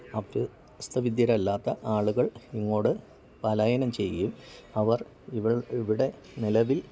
അഭ്യസ്തവിദ്യരല്ലാത്ത ആളുകൾ ഇങ്ങോട്ട് പാലായനം ചെയ്യുകയും അവർ ഇവിടെ നിലവിൽ